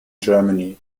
germany